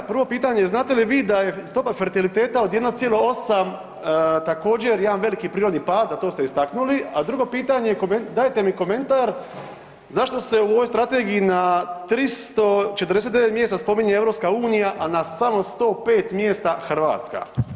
Prvo pitanje je znate li vi da je stopa fertiliteta od 1,8 također jedan veliki prirodni pad, a to ste istaknuli, a drugo pitanje dajte mi komentar zašto se u ovoj strategiji na 349 mjesta spominje EU, a na samo 105 mjesta Hrvatska.